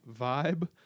vibe